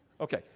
Okay